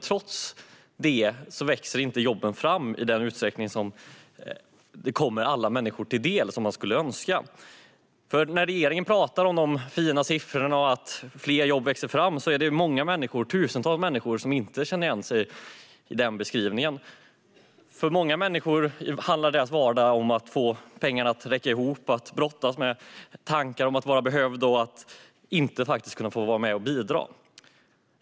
Trots detta växer inte jobben till i den utsträckning som man skulle önska så att de kan komma alla människor till del. När regeringen talar om de fina siffrorna och att fler jobb växer till är det många människor - tusentals - som inte känner igen sig i den beskrivningen. För många handlar vardagen om att få pengarna att räcka till, att brottas med tankar om att vara behövd och att inte få vara med och bidra.